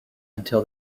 until